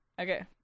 Okay